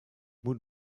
moet